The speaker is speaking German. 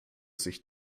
sich